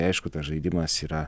aišku tas žaidimas yra